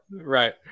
Right